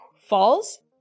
falls